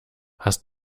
hast